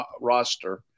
roster